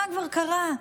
מה כבר קרה?